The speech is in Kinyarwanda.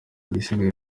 igisigaye